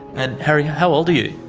and harry, how old are you?